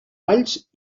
alls